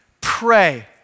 pray